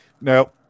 No